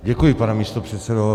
Děkuji, pane místopředsedo.